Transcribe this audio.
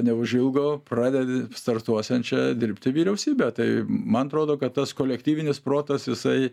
neužilgo pradedi startuosiančią dirbti vyriausybę tai man atrodo kad tas kolektyvinis protas jisai